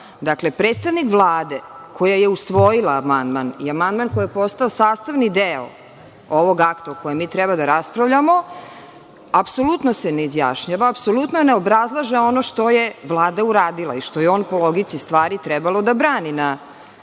posao. Dakle, predstavnik Vlade koja je usvojila amandman i amandman koji je postao sastavni deo ovog akta, o kojem mi treba da raspravljamo, apsolutno se ne izjašnjava, apsolutno ne obrazlaže ono što je Vlada uradila i što je on, po logici stvari, trebalo da brani na